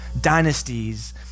dynasties